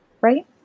right